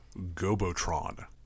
Gobotron